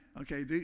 okay